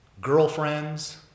girlfriends